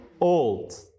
old